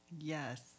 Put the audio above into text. Yes